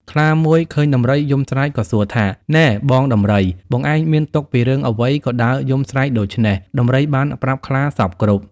ខ្លាមួយឃើញដំរីយំស្រែក ក៏សួរថា៖ "នែបងដំរី បងឯងមានទុក្ខពីរឿងអ្វីក៏ដើរយំស្រែកដូច្នេះ?" ដំរីបានប្រាប់ខ្លាសព្វគ្រប់។